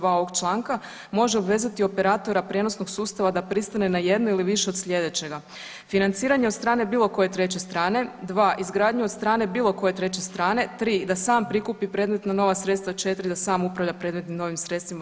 2. ovog članka može obavezati operatora prijenosnog sustava da pristane na jednu ili više od slijedećega, financiranje od strane bilo koje treće strane, dva izgradnju od strane bilo koje treće strane, tri da sam prikupi predmetna nova sredstva, četiri da sam upravlja predmetnim novim sredstvima.